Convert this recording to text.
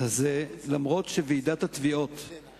זה אף-על-פי שוועידת התביעות